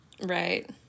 Right